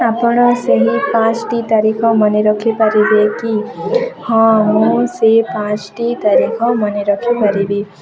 ଆପଣ ସେହି ପାଞ୍ଚଟି ତାରିଖ ମନେ ରଖିପାରିବେ କି ହଁ ମୁଁ ସେ ପାଞ୍ଚଟି ତାରିଖ ମନେ ରଖିପାରିବି